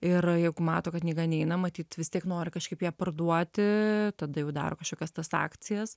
ir a juk mato kad knyga neina matyt vis tiek nori kažkaip ją parduoti tada jau daro kažkokias tas akcijas